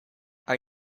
are